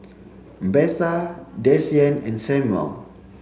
Betha Desean and Samual